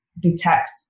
detect